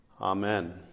Amen